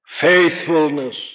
faithfulness